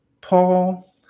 paul